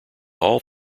all